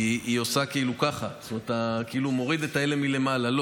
היא שאתה כאילו מוריד את אלה מלמעלה.